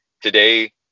today